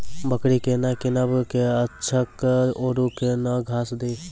बकरी केना कीनब केअचछ छ औरू के न घास दी?